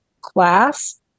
class